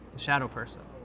shadow person.